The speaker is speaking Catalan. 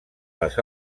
les